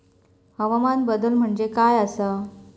हवामान बदल म्हणजे काय आसा?